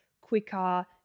quicker